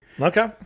Okay